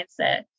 mindset